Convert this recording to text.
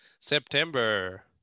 September